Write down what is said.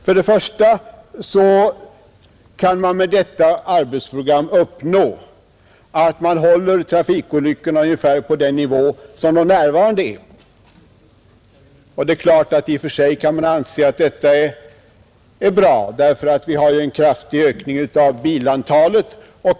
För det första kan detta arbetsprogram ge resultatet att man håller trafikolyckorna ungefär på den nuvarande nivån. I och för sig är det bra, därför att vi har en kraftig ökning av bilantalet.